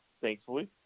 thankfully